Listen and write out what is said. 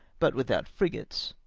but without frigates,